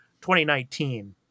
2019